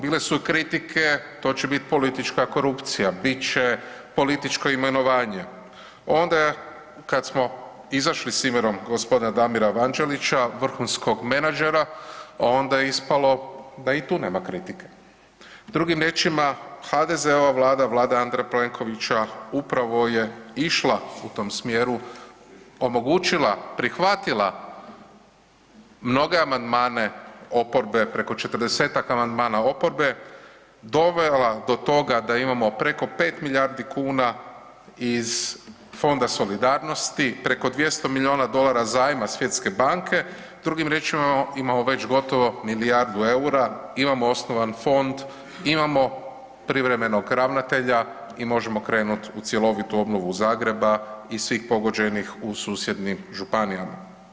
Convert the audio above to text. Bile su kritike, to će biti politička korupcija, bit će političko imenovanje, onda kada smo izašli s imenom gospodina Damira Vanđelića vrhunskom menadžera onda je ispalo da i tu nema kritike, drugim riječima HDZ-ova vlada, Vlada Andreja Plenkovića upravo je išla u tom smjeru, omogućila, prihvatila mnoge amandmane oporbe, preko 40-ak amandmana oporbe dovela do toga da imamo preko 5 milijardi kuna iz Fonda solidarnosti, preko 200 milijuna dolara zajma Svjetske banke, drugim riječima imamo već gotovo milijardu eura, imamo osnovan fond, imamo privremenog ravnatelja i možemo krenuti u cjelovitu obnovu Zagreba i svih pogođenih u susjednim županijama.